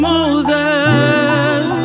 Moses